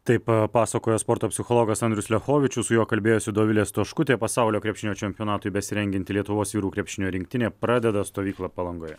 taip pasakojo sporto psichologas andrius liachovičius su juo kalbėjosi dovilė stoškutė pasaulio krepšinio čempionatui besirengianti lietuvos vyrų krepšinio rinktinė pradeda stovyklą palangoje